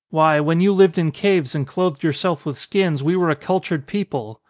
why, when you lived in caves and clothed yourselves with skins we were a cultured people.